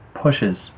pushes